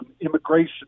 immigration